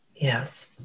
Yes